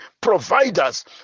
Providers